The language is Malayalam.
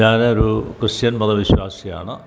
ഞാൻ ഒരു ക്രിസ്ത്യൻ മതവിശ്വാസിയാണ്